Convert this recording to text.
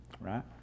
Right